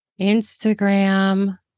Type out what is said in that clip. Instagram